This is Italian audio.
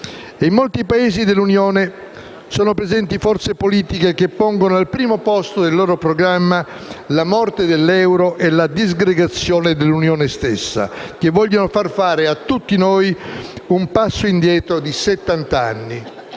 In molti Paesi dell'Unione sono presenti forze politiche che pongono al primo posto del loro programma la morte dell'euro e la disgregazione dell'Unione, che vogliono far fare a tutti noi un passo indietro di 70 anni.